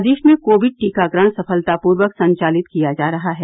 प्रदेश में कोविड टीकाकरण सफलतापूर्वक संचालित किया जा रहा है